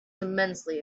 immensely